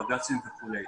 בג"צים וכולי,